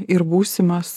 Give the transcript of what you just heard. ir būsimas